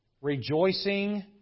rejoicing